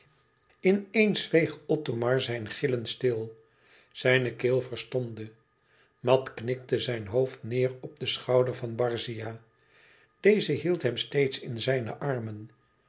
in eens zweeg othomar zijn gillen stil zijne keel verstomde mat knikte zijn hoofd neêr op den schouder van barzia deze hield hem steeds in zijne armen